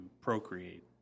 procreate